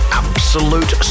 absolute